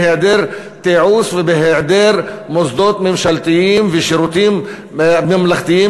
בהיעדר תיעוש ובהיעדר מוסדות ממשלתיים ושירותים ממלכתיים